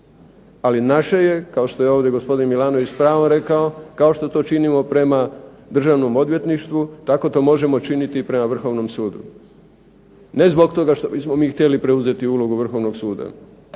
ali naše je kao što je ovdje gospodin MIlanović pravo rekao kao što to činimo prema Državnom odvjetništvu tako to možemo činiti i prema Vrhovnom sudu. Ne zbog toga što bismo mi htjeli preuzeti ulogu Vrhovnog suda,